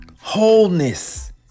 wholeness